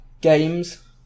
games